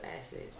acid